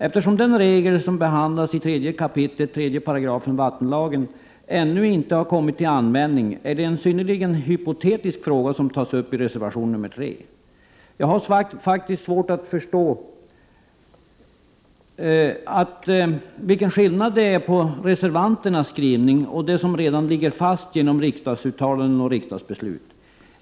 Eftersom den regel som behandlas i 3 kap. 3 § vattenlagen ännu inte har kommit till användning är Prot. 1988/89:35 det en synnerligen hypotetisk fråga som tas upp i reservation 3. Jag har 30 november 1988 faktiskt svårt att förstå vilken skillnad det är på reservanternas skrivning och det som redan ligger fast genom riksdagsuttalanden och riksdagsbeslut.